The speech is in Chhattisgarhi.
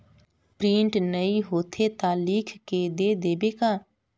प्रिंट नइ होथे ता लिख के दे देबे का?